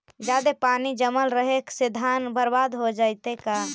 जादे पानी जमल रहे से धान बर्बाद हो जितै का?